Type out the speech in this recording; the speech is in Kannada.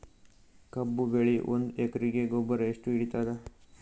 ಕಬ್ಬು ಬೆಳಿ ಒಂದ್ ಎಕರಿಗಿ ಗೊಬ್ಬರ ಎಷ್ಟು ಹಿಡೀತದ?